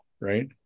Right